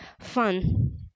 fun